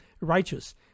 Righteous